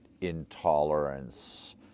intolerance